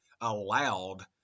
allowed